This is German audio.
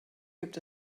gibt